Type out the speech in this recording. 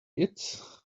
kids